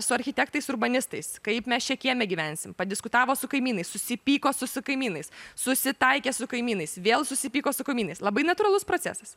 su architektais urbanistais kaip mes čia kieme gyvensim padiskutavo su kaimynais susipyko su kaimynais susitaikė su kaimynais vėl susipyko su kaimynais labai natūralus procesas